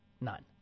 None